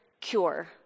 cure